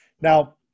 Now